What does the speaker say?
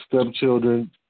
stepchildren